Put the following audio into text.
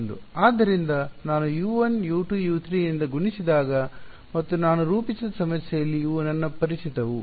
ಆದ್ದರಿಂದ ನಾನು U1 U2 U3 ನಿಂದ ಗುಣಿಸಿದಾಗ ಮತ್ತು ನಾನು ರೂಪಿಸಿದ ಸಮಸ್ಯೆಯಲ್ಲಿ ಇವು ನನ್ನ ಅಪರಿಚಿತವು